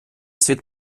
світ